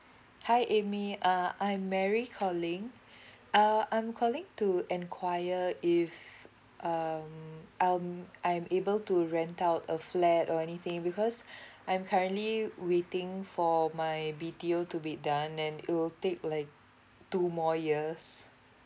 hi amy uh I'm mary calling uh I'm calling to enquire if um um I'm able to rent out a flat or anything because I'm currently waiting for my B T O to be done and it will take like two more years